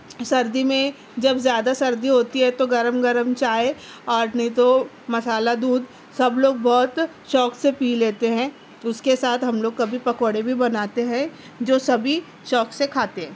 سردی میں جب زیادہ سردی ہوتی ہے تو گرم گرم چائے اور نہیں تو مسالہ دودھ سب لوگ بہت شوق سے پی لیتے ہیں اس کے ساتھ ہم لوگ کبھی پکوڑے بھی بناتے ہیں جو سبھی شوق سے کھاتے ہیں